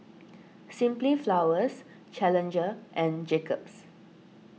Simply Flowers Challenger and Jacob's